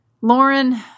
Lauren